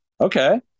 Okay